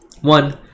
One